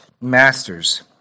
Masters